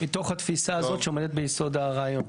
מתוך התפיסה הזאת שעומדת ביסוד הרעיון.